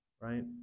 right